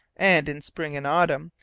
and, in spring and autumn,